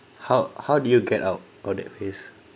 how how did you get out of that phase